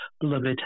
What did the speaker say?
beloved